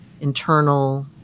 internal